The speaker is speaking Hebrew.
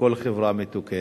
וכל חברה מתוקנת.